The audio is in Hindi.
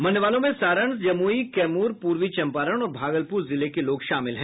मरने वालों में सारण जमुई कैमूर पूर्वी चंपारण और भागलपुर जिले के लोग शामिल हैं